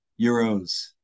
euros